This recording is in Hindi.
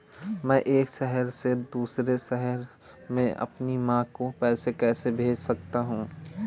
मैं एक शहर से दूसरे शहर में अपनी माँ को पैसे कैसे भेज सकता हूँ?